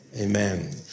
Amen